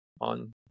on